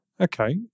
Okay